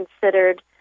considered